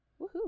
woohoo